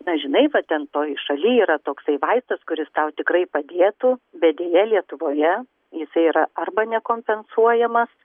na žinai va ten toj šaly yra toksai vaistas kuris tau tikrai padėtų bet deja lietuvoje jisai yra arba nekompensuojamas